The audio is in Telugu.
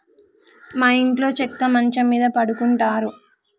మా ఇంట్లో చెక్క మంచం మీద పడుకుంటారు